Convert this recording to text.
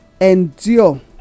endure